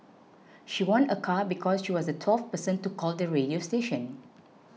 she won a car because she was the twelfth person to call the radio station